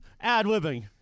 ad-libbing